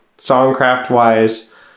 Songcraft-wise